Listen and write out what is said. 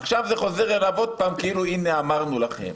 עכשיו זה חוזר אליו שוב, כאילו הנה אמרנו לכם.